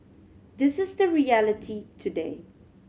this is the reality today